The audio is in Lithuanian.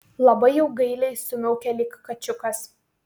labai jau gailiai sumiaukė lyg kačiukas